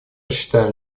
считаем